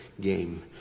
game